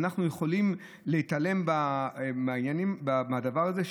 אנחנו יכולים להתעלם מהדבר הזה,